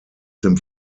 dem